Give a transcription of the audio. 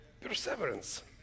perseverance